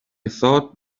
thought